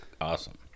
awesome